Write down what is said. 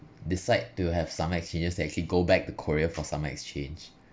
decide to have summer exchanges to actually go back to korea for summer exchange